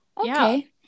okay